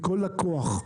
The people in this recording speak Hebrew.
מכל לקוח.